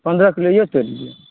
पन्द्रह किलो इहो तोलि दिऔ